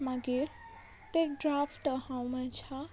मागीर ते ड्राफ्ट हांव म्हज्या